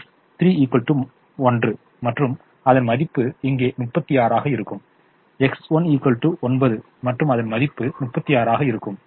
Y3 1 மற்றும் அதன் மதிப்பு இங்கே 36 ஆக இருக்கும் X1 9 மற்றும் அதன் மதிப்பும் 36 ஆக இருக்கும்